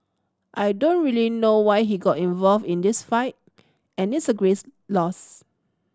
I don't really know why he got involved in this fight and it's a greats loss